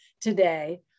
today